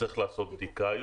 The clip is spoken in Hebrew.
הוא צריך לעשות בדיקה,